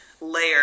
layer